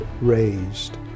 raised